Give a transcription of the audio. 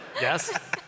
Yes